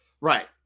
Right